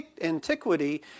antiquity